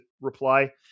reply